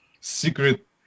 secret